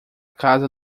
casa